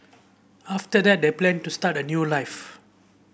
after that they planned to start a new life